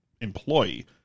employee